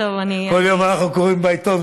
כל יום אנחנו קוראים בעיתון,